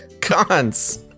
Cons